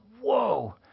whoa